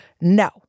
no